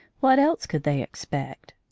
what else could they expect?